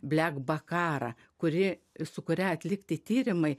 blek bakara kuri su kuria atlikti tyrimai